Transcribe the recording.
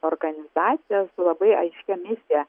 organizacija su labai aiškia misija